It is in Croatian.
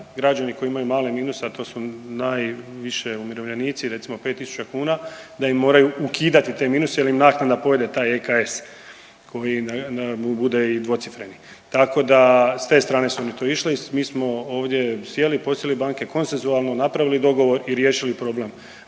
građani koji imaju male minuse, a to su najviše umirovljenici recimo 5.000 kuna da im moraju ukidati te minuse jer im naknada pojede taj EKS koji mu bude i dvocifreni, tako da s te strane su oni to išli. I mi smo ovdje sjeli, posjeli banke konsenzualno, napravili i riješili problem